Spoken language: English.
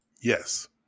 Yes